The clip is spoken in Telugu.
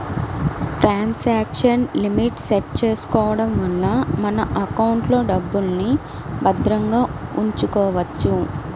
ట్రాన్సాక్షన్ లిమిట్ సెట్ చేసుకోడం వల్ల మన ఎకౌంట్లో డబ్బుల్ని భద్రంగా ఉంచుకోవచ్చు